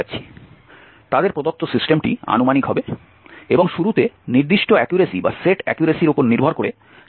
তাদের প্রদত্ত সিস্টেমটি আনুমানিক হবে এবং শুরুতে নির্দিষ্ট অ্যাকুরেসির উপর নির্ভর করে আমাদের এক সময়ে থামতে হবে